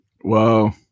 Whoa